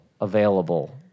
available